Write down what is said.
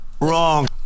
Wrong